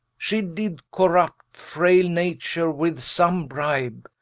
shee did corrupt frayle nature with some bribe,